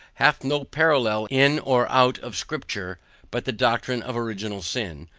hath no parrallel in or out of scripture but the doctrine of original sin,